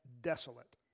desolate